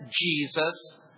Jesus